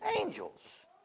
angels